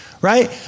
right